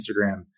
Instagram